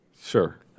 Sure